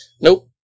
Nope